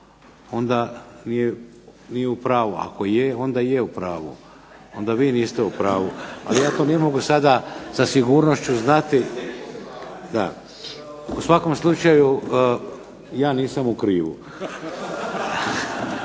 onda nije u pravu, ako je onda je u pravu, onda vi niste u pravu, ali ja to ne mogu sada sa sigurnošću znati. U svakom slučaju ja nisam u krivu.